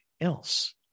else